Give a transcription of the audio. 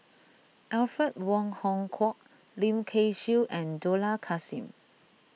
Alfred Wong Hong Kwok Lim Kay Siu and Dollah Kassim